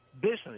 business